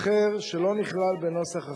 אחר שלא נכלל בנוסח החוק.